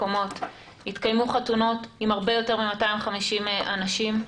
התקיימו חתונות עם הרבה יותר מ-250 אנשים,